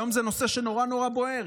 היום זה נושא נורא נורא בוער.